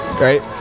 Right